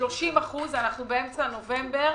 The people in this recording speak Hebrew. ואנחנו באמצע נובמבר.